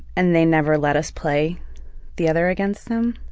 and they never let us play the other against them,